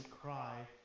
cry